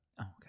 okay